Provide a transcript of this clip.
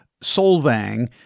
Solvang